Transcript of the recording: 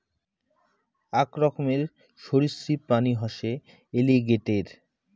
আক রকমের সরীসৃপ প্রাণী হসে এলিগেটের